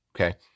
okay